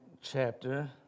chapter